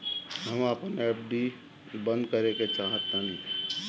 हम अपन एफ.डी बंद करेके चाहातानी